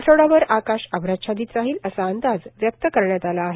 आठवडाभर आकाश अभ्राच्छादित राहिल असा अंदाज व्यक्त करण्यात आला आहे